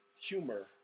humor